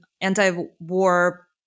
anti-war